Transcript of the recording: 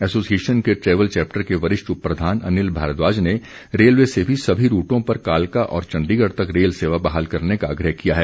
association के travel chapter के वरिष्ठ उपप्रधान अनिल भारद्वाज ने रेलवे से भी सभी रूटों पर कालका और चण्डीगढ़ तक रेल सेवा बहाल करने का आग्रह किया है